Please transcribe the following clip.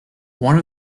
one